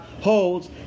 holds